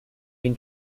been